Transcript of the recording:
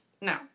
no